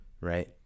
right